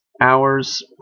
hours